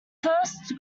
first